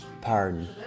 pardon